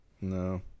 No